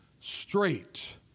straight